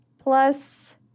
plus